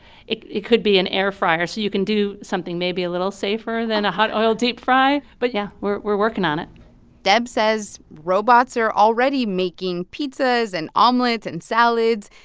it it could be an air fryer so you can do something maybe a little safer than a hot oil deep fry. but, yeah, we're we're working on it deb says robots are already making pizzas and omelets and salads.